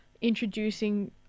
introducing